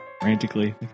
frantically